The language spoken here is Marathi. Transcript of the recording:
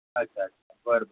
अच्छा बर